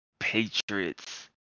Patriots